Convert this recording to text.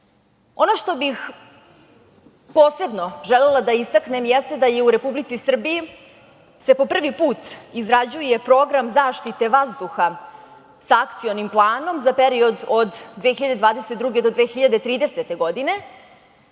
što bih posebno želela da istaknem jeste da se u Republici Srbiji po prvi put izrađuje program zaštite vazduha sa akcionim planom za period od 2022. do 2030. godine,